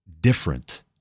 different